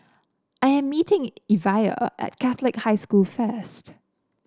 I am meeting Evia at Catholic High School first